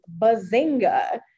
bazinga